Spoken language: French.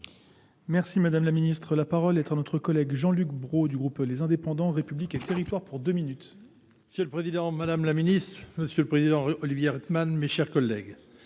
Merci Madame la Ministre. La parole est à notre collègue Jean-Luc Brault du groupe Les Indépendants, République et territoire pour deux minutes. Monsieur le Président, Madame la Ministre, Monsieur le Président Olivier Rettman, mes chers collègues.